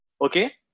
Okay